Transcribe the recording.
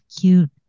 cute